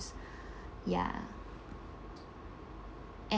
ya and